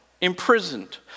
imprisoned